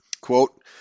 Quote